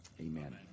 Amen